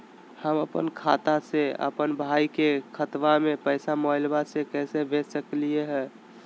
हम अपन खाता से अपन भाई के खतवा में पैसा मोबाईल से कैसे भेज सकली हई?